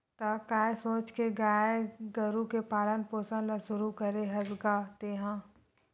त काय सोच के गाय गरु के पालन पोसन ल शुरू करे हस गा तेंहा?